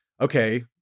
okay